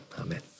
Amen